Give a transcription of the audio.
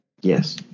Yes